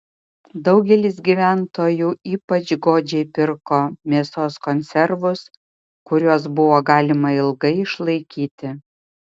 daugelis gyventojų ypač godžiai pirko mėsos konservus kuriuos buvo galima ilgai išlaikyti